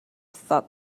thought